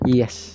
yes